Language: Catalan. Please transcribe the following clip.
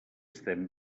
estem